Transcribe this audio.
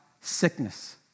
sickness